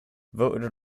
voted